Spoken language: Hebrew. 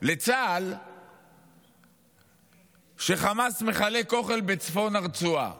לצה"ל שחמאס מחלק אוכל בצפון הרצועה?